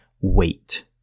wait